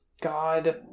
God